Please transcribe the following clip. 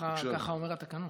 ככה אומר התקנון.